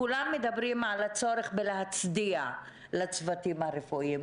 כולם מדברים על הצורך בהצדעה לצוותים הרפואיים,